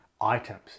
items